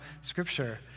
scripture